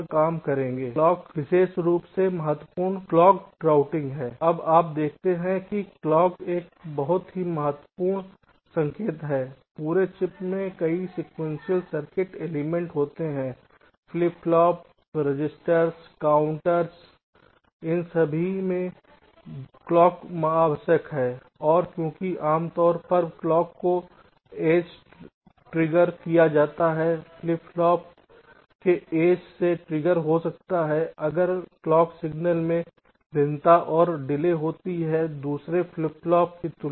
विशेष रूप से महत्वपूर्ण क्लॉकड रूटिंग है अब आप देखते हैं कि क्लॉक एक बहुत ही महत्वपूर्ण संकेत है पूरे चिप में कई सीक्वेंशियल सर्किट एलिमेंट होते हैं फ्लिप फ्लॉप रजिस्टर काउंटर इन सभी में क्लॉक आवश्यक है और क्योंकि आम तौर पर क्लॉक को एजस ट्रिगर किया जाता है फ्लिप फ्लॉप के एजस से ट्रिगर हो जाता है अगर क्लॉक सिग्नल में भिन्नता और डिले होती है दूसरे फ्लिप फ्लॉप की तुलना में